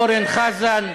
אורן חזן,